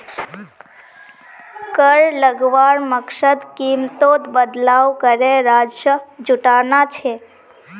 कर लगवार मकसद कीमतोत बदलाव करे राजस्व जुटाना छे